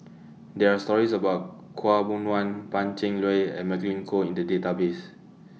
There Are stories about Khaw Boon Wan Pan Cheng Lui and Magdalene Khoo in The Database